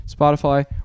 Spotify